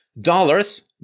Dollars